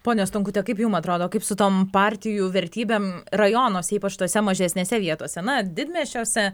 pone stonkute kaip jums atrodo kaip su tom partijų vertybėm rajonuose ypač tose mažesnėse vietose na didmiesčiuose